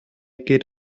geht